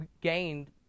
gained